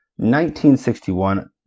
1961